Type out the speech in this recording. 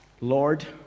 Lord